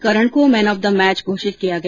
करन को man of the match घोषित किया गया